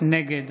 נגד